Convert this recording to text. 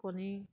কণী